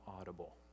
audible